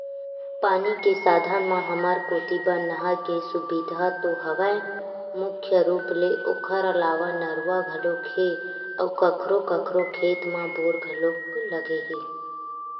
पानी के साधन म हमर कोती बर नहर के सुबिधा तो हवय मुख्य रुप ले ओखर अलावा नरूवा घलोक हे अउ कखरो कखरो खेत म बोर घलोक लगे हे